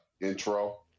intro